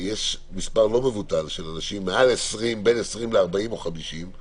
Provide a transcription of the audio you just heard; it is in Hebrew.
גם לא נוכל לעשות חיסון בעוד חמש שנים,